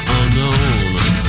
unknown